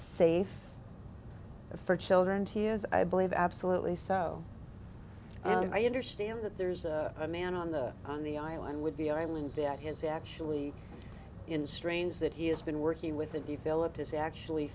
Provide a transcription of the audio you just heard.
safe for children tears i believe absolutely so and i understand that there's a man on the on the island would be island be at his actually in strains that he has been working with and the philip has actually